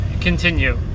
continue